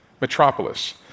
Metropolis